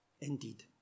indeed